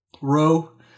row